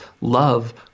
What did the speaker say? love